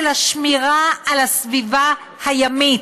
של שמירה של הסביבה הימית,